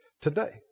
today